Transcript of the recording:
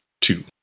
two